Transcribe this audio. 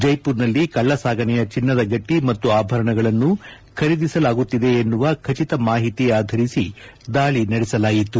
ಜೈಪುರದಲ್ಲಿ ಕಳ್ಳ ಸಾಗಾಣೆಯ ಚಿನ್ನದ ಗಟ್ಟಿ ಮತ್ತು ಆಭರಣಗಳನ್ನು ಖರೀದಿಸಲಾಗುತ್ತಿದೆ ಎನ್ನುವ ಖಚಿತ ಮಾಹಿತಿ ಆಧರಿಸಿ ದಾಳಿ ನಡೆಸಲಾಯಿತು